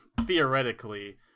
theoretically